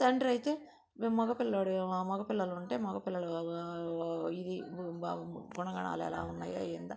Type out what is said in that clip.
తండ్రైతే మేము మగ పిల్లవాడు మగ పిల్లలుంటే మగ పిల్లలు ఇది గుణగణాలు ఎలా ఉన్నాయో ఏందో